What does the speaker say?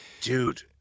Dude